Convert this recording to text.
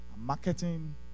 marketing